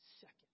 second